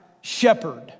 shepherd